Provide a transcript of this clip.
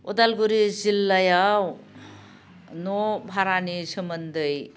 उदालगुरी जिललायाव न' भारानि सोमोन्दै